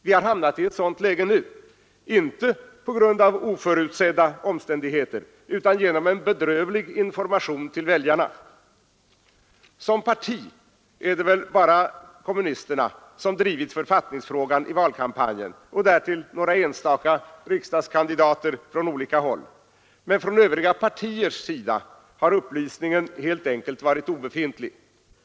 Vi har hamnat i ett sådant läge nu, inte på grund av oförutsedda omständigheter utan på grund av en bedrövlig information till väljarna. Som parti är det väl bara kommunisterna som drivit författningsfrågan i valkampanjen. Därtill kommer några enstaka riksdagskandidater från olika håll. Men från övriga partiers sida har upplysningen helt enkelt varit obefintlig.